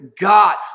God